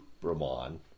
Brahman